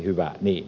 hyvä niin